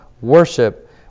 worship